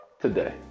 today